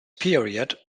period